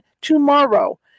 tomorrow